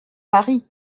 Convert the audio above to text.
paris